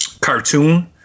cartoon